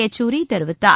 எச்சூரிதெரிவித்தார்